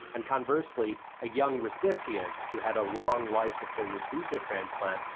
and conversely, a young recipient who had a long life if they received a transplant,